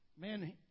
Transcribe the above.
Man